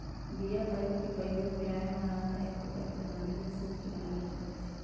बीया फाइबर के प्रयोग मुलायम आऽ आरामदायक कपरा के बनाबे लेल सुत के बनाबे लेल करै छइ